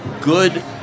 good